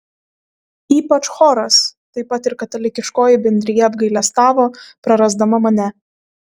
ypač choras taip pat ir katalikiškoji bendrija apgailestavo prarasdama mane